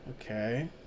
Okay